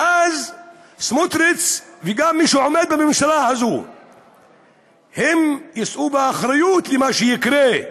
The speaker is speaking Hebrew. ואז סמוטריץ וגם מי שעומד בממשלה הזאת יישאו באחריות למה שיקרה.